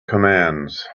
commands